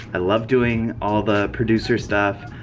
i love doing all the producer stuff.